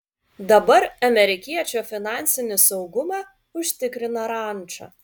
dabar amerikiečio finansinį saugumą užtikrina ranča